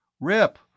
Rip